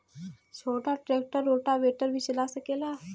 छोटा tractor rotavator भी चला सकेला?